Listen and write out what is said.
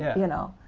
yeah you know?